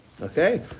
Okay